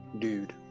dude